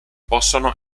possono